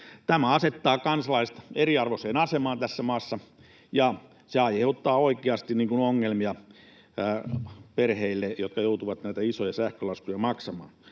Tämä asettaa kansalaiset eriarvoiseen asemaan tässä maassa, ja se aiheuttaa oikeasti ongelmia perheille, jotka joutuvat näitä isoja sähkölaskuja maksamaan.